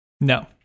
No